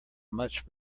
much